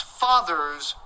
father's